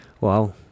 Wow